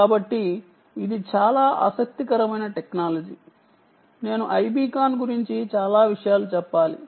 కాబట్టి ఇది చాలా ఆసక్తికరమైన టెక్నాలజీ నేను ఐబీకాన్ గురించి చాలా విషయాలు చెప్పాలి